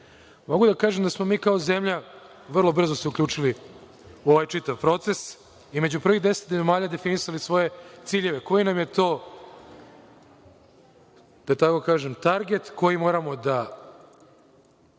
da kažem da smo se mi kao zemlja vrlo brzo uključili u ovaj čitav proces i među prvih deset zemalja definisali svoje ciljeve, koji nam je to, da tako kažem, target koji moramo da